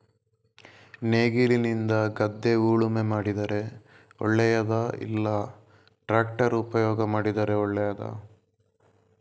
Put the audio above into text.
ನೇಗಿಲಿನಿಂದ ಗದ್ದೆ ಉಳುಮೆ ಮಾಡಿದರೆ ಒಳ್ಳೆಯದಾ ಇಲ್ಲ ಟ್ರ್ಯಾಕ್ಟರ್ ಉಪಯೋಗ ಮಾಡಿದರೆ ಒಳ್ಳೆಯದಾ?